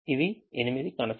ఇవి ఎనిమిది constraints